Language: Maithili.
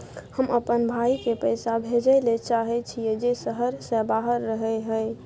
हम अपन भाई के पैसा भेजय ले चाहय छियै जे शहर से बाहर रहय हय